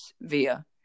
Via